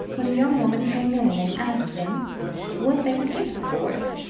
when a young woman came in, and asked them what they would give her for it.